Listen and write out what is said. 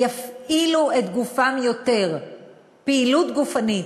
יפעילו את גופם יותר בפעילות גופנית,